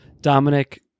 Dominic